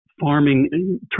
farming